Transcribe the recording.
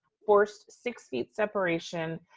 forced six feet separation,